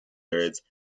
birds